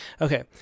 Okay